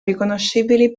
riconoscibili